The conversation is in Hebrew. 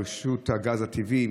רשות הגז הטבעי,